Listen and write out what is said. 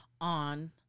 on